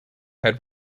had